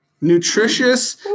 Nutritious